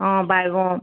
অঁ বাইগ